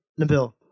Nabil